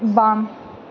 बाम